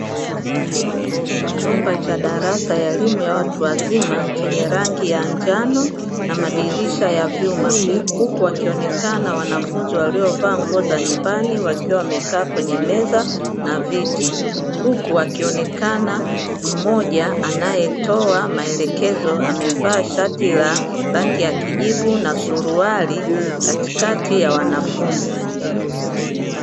Chumba cha darasa ya elimu ya watu wazima, chenye rangi ya njano na madirisha ya vyuma huku wakionekana wanafunzi waliovaa nguo za nyumbani wakiwa wamekaa kwenye meza na viti, huku wakionekana mmoja anayetoa maelekezo, amevaa shati la rangi ya kijivu na suruali katikati ya wanafunzi.